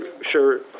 sure